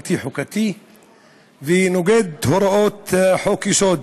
בלתי חוקתי ונוגד את הוראות חוק-יסוד: